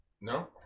No